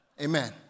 Amen